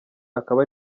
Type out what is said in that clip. akaba